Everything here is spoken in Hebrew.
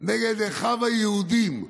נגד אחיו היהודים,